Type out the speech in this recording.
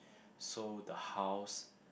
so the house